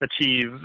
achieve